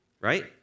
Right